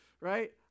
right